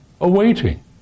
awaiting